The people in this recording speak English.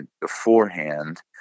beforehand